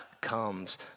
comes